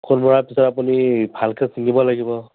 ঔষধ মৰাৰ পিছত আপুনি ভালকৈ ছিঙিব লাগিব